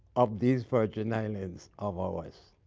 of these virgin islands of ours,